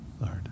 Lord